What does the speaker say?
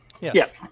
Yes